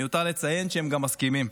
מיותר לציין שהם גם מסכימים.